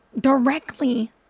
directly